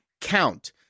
count